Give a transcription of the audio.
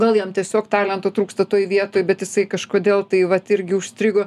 gal jam tiesiog talento trūksta toj vietoj bet jisai kažkodėl tai vat irgi užstrigo